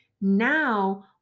now